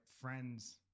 friends